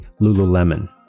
Lululemon